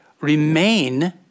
remain